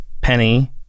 Penny